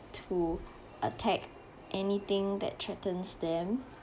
to attack anything that threatens them